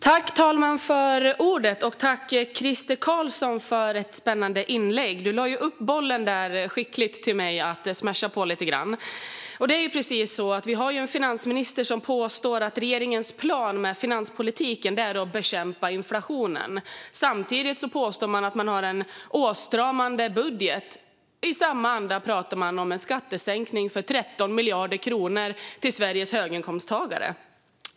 Herr talman! Jag tackar Crister Carlsson för ett spännande inlägg. Han lade skickligt upp bollen till mig för att smasha på. Vi har ju en finansminister som påstår att regeringens plan med finanspolitiken är att bekämpa inflationen. Man påstår också att man har en åtstramande budget, men i samma andetag pratar man om en skattesänkning för 13 miljarder kronor till Sveriges höginkomsttagare.